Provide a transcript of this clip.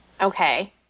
Okay